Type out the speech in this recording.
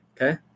Okay